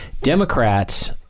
Democrats